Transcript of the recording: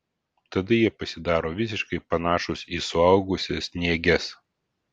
tada jie pasidaro visiškai panašūs į suaugusias nėges